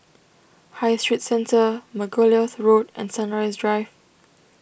High Street Centre Margoliouth Road and Sunrise Drive